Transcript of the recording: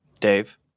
Dave